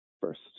first